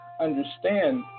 understand